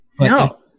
No